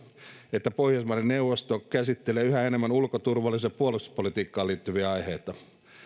että pohjoismaiden neuvosto käsittelee yhä enemmän ulko turvallisuus ja puolustuspolitiikkaan liittyviä aiheita